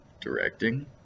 directing